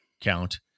count